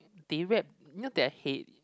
they wrap you know their head